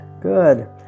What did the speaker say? Good